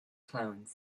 clones